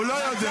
הוא לא יודע.